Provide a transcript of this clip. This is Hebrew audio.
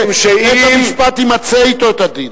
משום שבית-המשפט ימצה אתו את הדין.